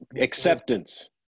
Acceptance